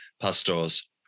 pastors